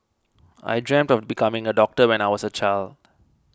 I dreamt of becoming a doctor when I was a child